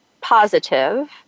positive